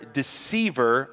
deceiver